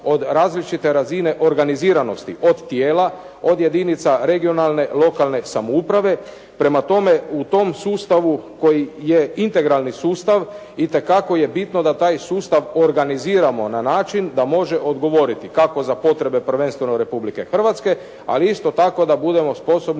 od različite razine organiziranosti, od tijela, od jedinica regionalne lokalne samouprave. Prema tome u tom sustavu koji je integralni sustav, itekako je bitno da taj sustav organiziramo na način da može odgovoriti kako za potrebe prvenstveno Republike Hrvatske, ali isto tako da budemo sposobni